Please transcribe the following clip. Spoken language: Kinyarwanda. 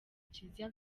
kiliziya